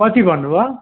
कति भन्नु भयो